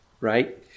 right